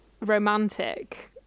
romantic